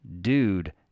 dude